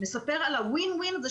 מספר על הווין-ווין הזה,